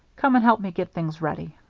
come and help me get things ready.